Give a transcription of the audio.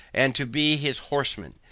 and to be his horsemen,